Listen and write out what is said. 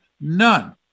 None